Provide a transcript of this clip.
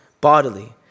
Bodily